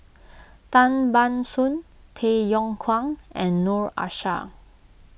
Tan Ban Soon Tay Yong Kwang and Noor Aishah